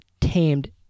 tamed